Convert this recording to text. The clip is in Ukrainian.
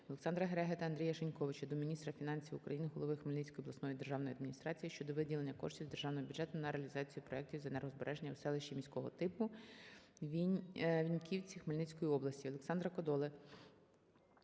ОлександраГереги та Андрія Шиньковича до міністра фінансів України, голови Хмельницької обласної державної адміністрації щодо виділення коштів з Державного бюджету на реалізацію проектів з енергозбереження у селищі міського типу Віньківці Хмельницької області. Олександра Кодоли